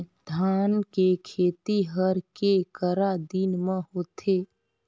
धान के खेती हर के करा दिन म होथे?